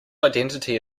identity